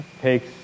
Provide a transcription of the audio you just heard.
takes